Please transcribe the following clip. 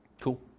Cool